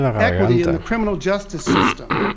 equity in the criminal justice system,